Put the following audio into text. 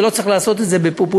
ולא צריך לעשות את זה בפופוליזם,